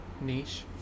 niche